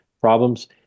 problems